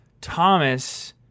Thomas